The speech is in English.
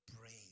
brain